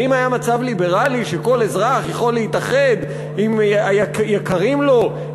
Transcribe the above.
האם היה מצב ליברלי שכל אזרח יכול להתאחד עם היקרים לו,